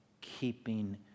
keeping